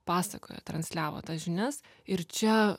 pasakojo transliavo tas žinias ir čia